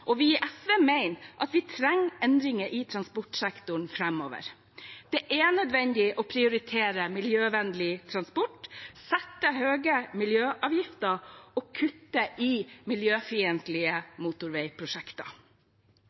Vi i SV mener at vi trenger endringer i transportsektoren framover. Det er nødvendig å prioritere miljøvennlig transport, innføre høye miljøavgifter og kutte i miljøfiendtlige motorveiprosjekter.